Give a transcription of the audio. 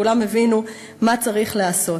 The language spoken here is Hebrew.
כולם הבינו מה צריך לעשות.